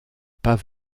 pas